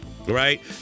right